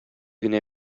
генә